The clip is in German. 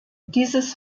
dieses